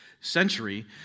century